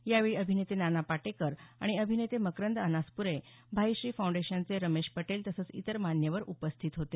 यावेळी अभिनेते नाना पाटेकर आणि अभिनेते मकरंद अनासप्रे भाईश्री फाउंडेशनचे रमेश पटेल तसंच इतर मान्यवर उपस्थित होते